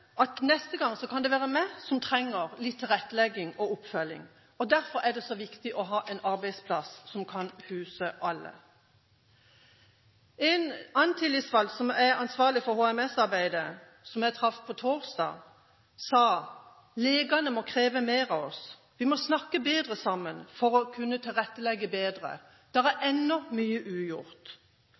at neste gang kan det være jeg som trenger litt tilrettelegging og oppfølging, og derfor er det så viktig å ha en arbeidsplass som kan huse alle. En annen tillitsvalgt som er ansvarlig for HMS-arbeidet, som jeg traff på torsdag, sa: Legene må kreve mer av oss. Vi må snakke bedre sammen for å kunne tilrettelegge bedre. Det er ennå mye ugjort.